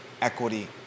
equity